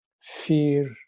fear